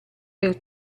per